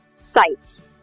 sites